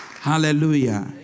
Hallelujah